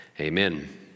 Amen